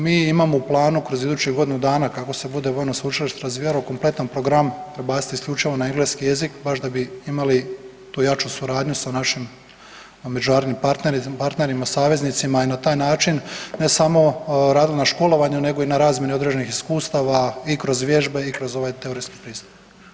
Mi imamo u planu kroz idućih godinu dana kako se bude vojno sveučilište razvijalo kompletan program prebaciti isključivo na engleski jezik baš da bi imali tu jaču suradnju sa našim međunarodnim partnerima i saveznicima i na taj način ne samo radili na školovanju nego i na razmjeni određenih iskustava i kroz vježbe i kroz ovaj teoretski pristup.